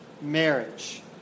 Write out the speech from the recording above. marriage